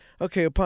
Okay